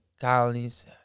colonies